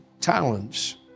talents